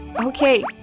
Okay